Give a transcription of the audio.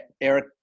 Eric